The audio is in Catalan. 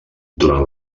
durant